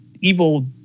evil